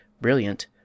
brilliant